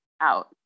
out